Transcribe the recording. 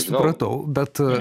supratau bet